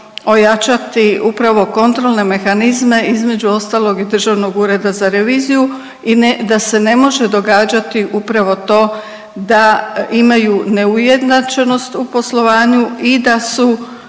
ojačati upravo kontrolne mehanizme, između ostalog i Državnog ureda za reviziju i da se ne može događati upravo to da imaju neujednačenost u poslovanju i da su